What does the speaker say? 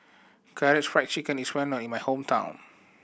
Karaage Fried Chicken is well known in my hometown